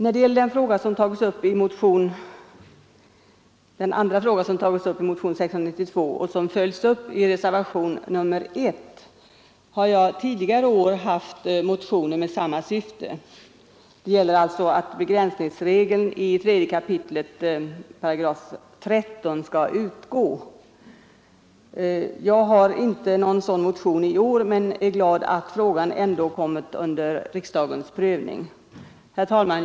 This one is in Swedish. När det gäller den andra frågan som tagits upp i motionen 692 och som följs upp i reservationen 1 har jag tidigare haft motioner med samma syfte. Förslaget innebär att begränsningsregeln i 3 kap. 13 8 lagen om allmän försäkring skall utgå. Jag har inte någon sådan motion i år men är glad att frågan ändå kommit under riksdagens prövning. Herr talman!